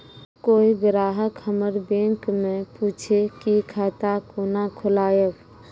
कोय ग्राहक हमर बैक मैं पुछे की खाता कोना खोलायब?